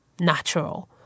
natural